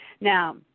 Now